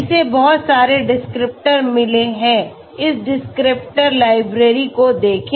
इसे बहुत सारे डिस्क्रिप्टर मिले हैं इस डिस्क्रिप्टर लाइब्रेरी को देखें